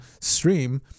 stream